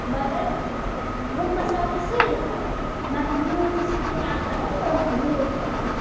مگر ہُم مَسالہٕ چھِ سٲری ترٛاوان مگر میون چھِ سِکرِٹ اَکھ تَتھ منٛز پرٛان نیوٗل پرٛان